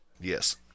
Yes